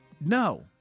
No